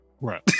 Right